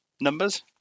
numbers